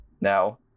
now